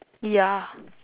ya